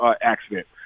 accident